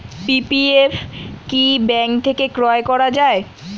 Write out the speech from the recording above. PPF কি bank থেকে ক্রয় করা যায়?